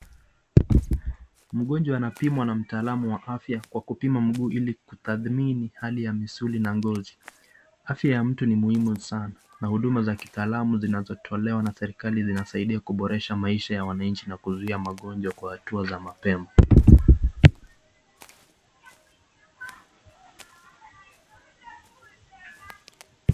Mgonjwa anapimwa na mtaalamu wa afya kwa kupima mguu ili kutathmini hali ya misuli na ngozi. afya ya mtu ni muhimu sanaa na huduma za kitaalamu zinazotelewa na serikali zinasaidia kuboresha maisha ya mwananchi na kuzuia magonjwa kwa hatua za mapema.